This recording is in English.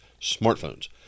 smartphones